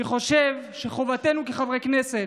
אני חושב שחובתנו כחברי כנסת,